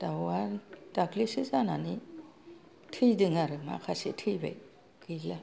दाउआ दाख्लिसो जानानै थैदों आरो माखासे थैबाय गैला